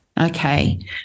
okay